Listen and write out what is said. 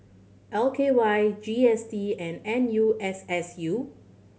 L K Y G S T and N U S S U